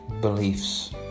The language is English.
beliefs